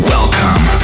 Welcome